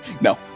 No